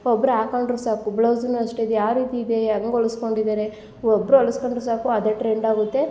ಒಬ್ರು ಹಾಕೊಂಡರು ಸಾಕು ಬ್ಲೌಸುನು ಅಷ್ಟೆ ಯಾವ ರೀತಿ ಇದೆ ಹೆಂಗೆ ಹೊಲಿಸ್ಕೊಂಡಿದಾರೆ ಒಬ್ಬರು ಹೊಲಿಸ್ಕೊಂಡ್ರೆ ಸಾಕು ಅದೇ ಟ್ರೆಂಡಾಗುತ್ತೆ